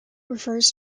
refers